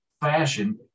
fashion